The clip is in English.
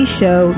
show